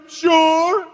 sure